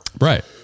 right